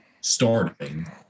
starting